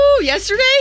yesterday